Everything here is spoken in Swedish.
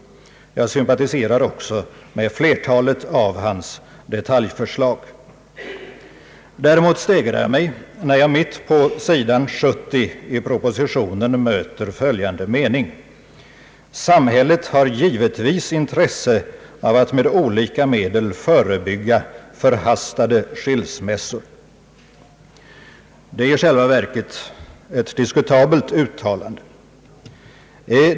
Dessutom sympatiserar jag med flertalet av hans detaljförslag. Däremot stegrar jag mig när jag mitt på sid. 70 i propositionen möter följande mening: » Samhället har givetvis intresse av att med olika medel förebygga förhastade skilsmässor.» Det är i själva verket ett diskutabelt uttalande.